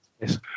Yes